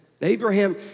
Abraham